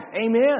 Amen